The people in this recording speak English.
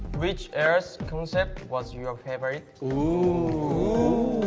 which airs concept was your favorite? ooh.